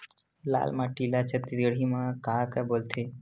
लाल माटी ला छत्तीसगढ़ी मा का बोलथे?